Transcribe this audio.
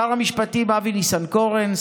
שר המשפטים אבי ניסנקורן,